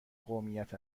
قومیت